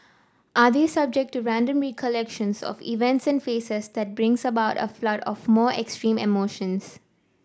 are they subject to random recollections of events and faces that brings about a flood of more extreme emotions